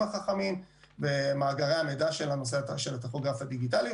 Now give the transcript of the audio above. החכמים ומאגרי המידע של הטכוגרף הדיגיטלי,